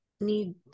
need